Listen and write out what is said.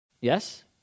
Yes